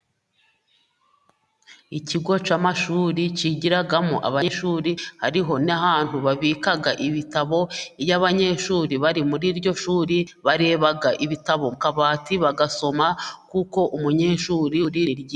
Ikigo cy'amashuri kigiramo abanyeshuri, hariho n'ahantu babika ibitabo, iyo abanyeshuri bari muri iryo shuri bareba ibitabo mu kabati bagasoma, kuko umunyeshuri uriryi.........